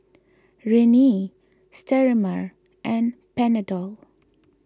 Rene Sterimar and Panadol